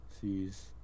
sees